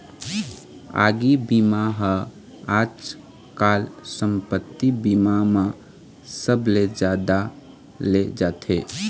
आगी बीमा ह आजकाल संपत्ति बीमा म सबले जादा ले जाथे